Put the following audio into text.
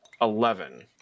eleven